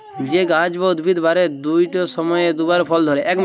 যে গাহাচ বা উদ্ভিদ বারের দুট সময়ে দুবার ফল ধ্যরে